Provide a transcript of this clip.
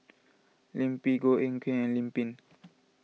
Lim Pin Goh Eck Kheng and Lim Pin